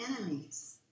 enemies